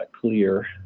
clear